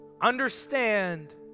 understand